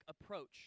approach